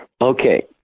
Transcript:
Okay